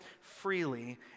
freely